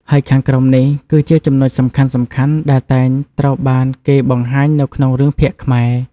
ហើយខាងក្រោមនេះ គឺជាចំណុចសំខាន់ៗដែលតែងត្រូវបានគេបង្ហាញនៅក្នុងរឿងភាគខ្មែរ។